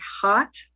hot